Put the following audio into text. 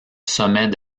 sommet